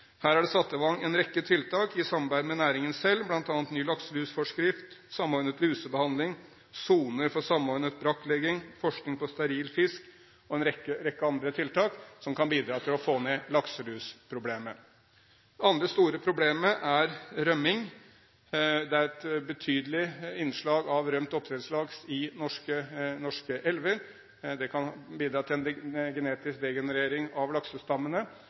Her er det satt i gang en rekke tiltak i samarbeid med næringen selv, bl.a. ny lakselusforskrift, samordnet lusebehandling, soner for samordnet brakklegging, forskning på steril fisk, og en rekke andre tiltak som kan bidra til å minske lakselusproblemet. Det andre store problemet er rømning. Det er et betydelig innslag av rømt oppdrettslaks i norske elver. Det kan bidra til en genetisk degenerering av laksestammene,